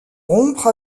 rompre